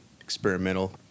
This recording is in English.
experimental